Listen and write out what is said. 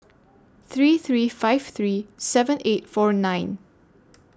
three three five three seven eight four nine